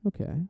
Okay